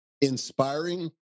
inspiring